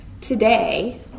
today